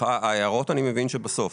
הערות אני מבין בסוף?